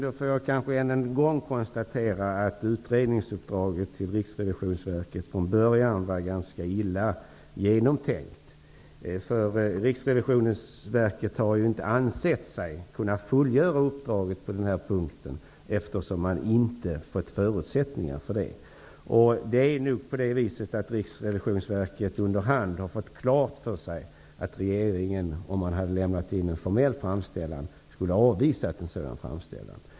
Herr talman! Jag får än en gång konstatera att utredningsuppdraget till Riksrevisionsverket från början var ganska illa genomtänkt. Riksrevisionsverket har ju inte ansett sig kunna fullgöra uppdraget på denna punkt, eftersom man inte har fått förutsättningar för detta. Riksrevisionsverket har nog under hand fått klart för sig att om man hade lämnat en formell framställan skulle regeringen ha avvisat den.